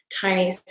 tiny